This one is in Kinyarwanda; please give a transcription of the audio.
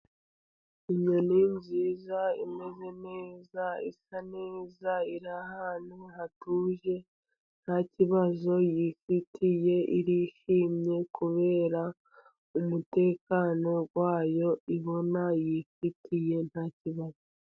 Inyoni nziza imeze neza isa neza, iri ahantu hatuje nta kibazo yifitiye, irishimye kubera umutekano wayo ibona yifitiye nta kibazo.